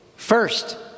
First